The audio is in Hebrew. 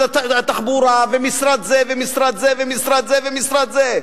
התחבורה ומשרד זה ומשרד זה ומשרד זה ומשרד זה?